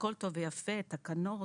הכול טוב ויפה, תקנות,